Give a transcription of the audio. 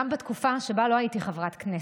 גם בתקופה שבה לא הייתי חברת כנסת.